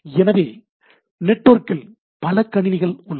எனவே நெட்வொர்க்கிற்குள் பல கணினிகள் உள்ளன